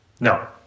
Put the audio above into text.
No